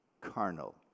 carnal